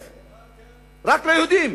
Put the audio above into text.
רק ליהודים?